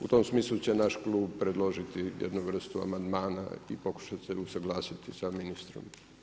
U tom smislu će naš klub predložiti jednu vrstu amandmana i pokušati se usuglasiti sa ministrom.